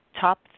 Top